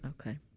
Okay